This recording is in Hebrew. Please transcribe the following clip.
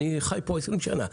אני חי פה שנים רבות.